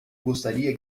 gostaria